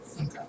Okay